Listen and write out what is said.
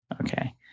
Okay